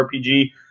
RPG